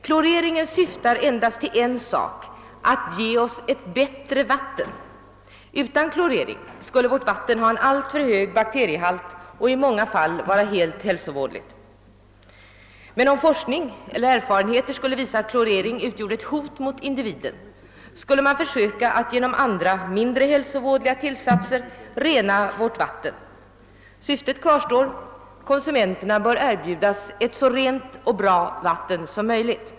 Kloreringen syftar endast till en sak, nämligen att ge oss ett bättre vatten. Utan klorering skulle vårt vatten ha alltför hög bakteriehalt och i många fall vara helt hälsovådligt. Om forskning eller erfarenheter skulle visa att klorering utgör ett hot mot individen, skulle man försöka att genom andra, mindre hälsovådliga tillsatser rena vårt vatten. Syftet kvarstår: konsumenterna bör erbjudas ett så rent och bra vatten som möjligt.